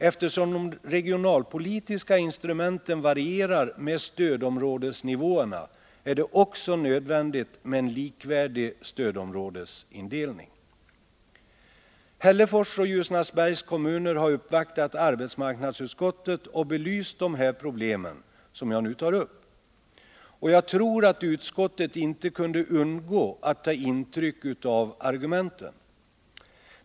Eftersom de regionalpolitiska instrumenten varierar med stödområdesnivåerna är det också nödvändigt med en likvärdig stödområdesindelning. Hällefors och Ljusnarsbergs kommuner har uppvaktat arbetsmarknadsutskottet och belyst de problem som jag nu talar om. Jag tror knappast utskottet kunde undgå att ta intryck av argumenten.